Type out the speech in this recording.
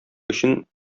өчен